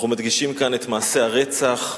אנחנו מדגישים כאן את מעשי הרצח,